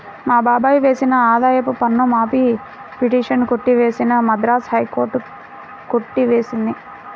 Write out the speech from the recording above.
మా బాబాయ్ వేసిన ఆదాయపు పన్ను మాఫీ పిటిషన్ కొట్టివేసిన మద్రాస్ హైకోర్టు కొట్టి వేసింది